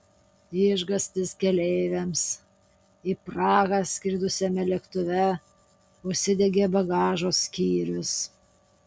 išgąstis keleiviams į prahą skridusiame lėktuve užsidegė bagažo skyrius